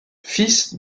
fils